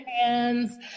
hands